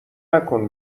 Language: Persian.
نکن